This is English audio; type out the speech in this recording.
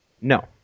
No